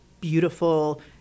beautiful